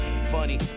funny